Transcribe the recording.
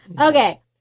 Okay